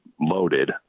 loaded